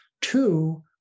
Two